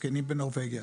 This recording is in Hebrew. לזקנים בנורבגיה.